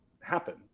happen